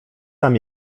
tam